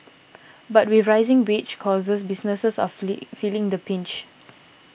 but with rising wage costs businesses are feeling the pinch